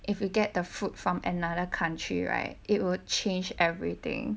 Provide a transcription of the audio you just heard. if you get the fruit from another country right it would change everything